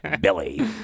Billy